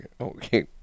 Okay